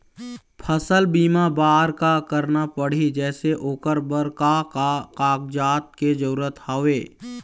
फसल बीमा बार का करना पड़ही जैसे ओकर बर का का कागजात के जरूरत हवे?